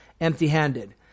empty-handed